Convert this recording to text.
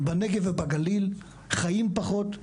בנגב ובגליל חיים פחות,